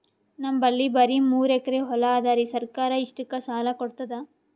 ನಮ್ ಬಲ್ಲಿ ಬರಿ ಮೂರೆಕರಿ ಹೊಲಾ ಅದರಿ, ಸರ್ಕಾರ ಇಷ್ಟಕ್ಕ ಸಾಲಾ ಕೊಡತದಾ?